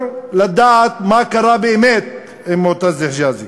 לדעת מה קרה באמת עם מועתז חיג'אזי.